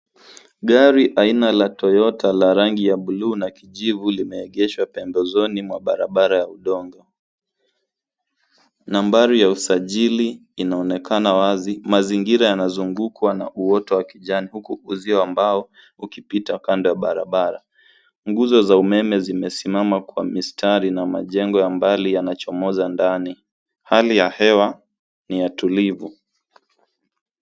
Gari aina la Toyota la rangi ya bluu na kijivu limeegeshwa pembezoni mwa barabara ya udongo. Nambari ya usajili inaonekana wazi. Mazingira yanazungukwa na uoto wa kijani huku uzio wa mbao, ukipita kando ya barabara. Nguzo za umeme zimesimama kwa mistari na majengo ya mbali yanachomoza ndani. Hali ya hewa, ni ya tulivu.